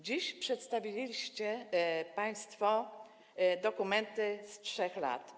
Dziś przedstawiliście państwo dokumenty z 3 lat.